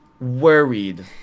worried